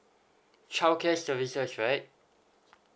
childcare services right